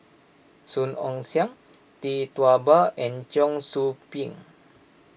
Song Ong Siang Tee Tua Ba and Cheong Soo Pieng